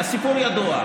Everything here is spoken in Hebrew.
הסיפור ידוע,